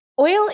oil